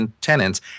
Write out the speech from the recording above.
tenants